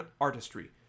artistry